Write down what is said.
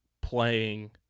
playing